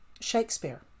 Shakespeare